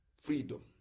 freedom